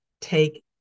take